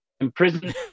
Imprisoned